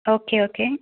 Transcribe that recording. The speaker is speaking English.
okay okay